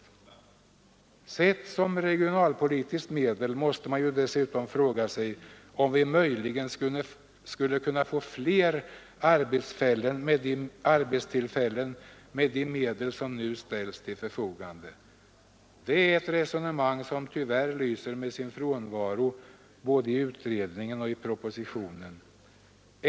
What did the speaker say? När man ser till den regionalpolitiska effekten måste man dessutom fråga sig om vi möjligen skulle kunna få fler arbetstillfällen med de medel som nu ställs till förfogande. Det är ett resonemang som tyvärr lyser med sin frånvaro både i utredningen och i propositionen.